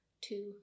two